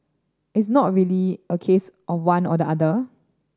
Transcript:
it's not really a case of one or the other